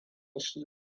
shi